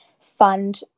fund